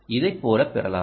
இதைப் போல பெறலாம்